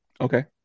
Okay